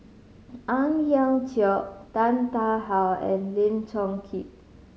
Ang Hiong Chiok Tan Tarn How and Lim Chong Keat